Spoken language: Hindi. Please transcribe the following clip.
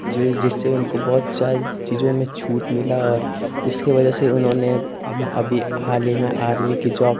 जो जिससे उनको बहुत चीज़ों में छूट मिली और जिसकी वज़ह से उन्होंने अभी हाल ही में आर्मी की जॉब